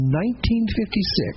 1956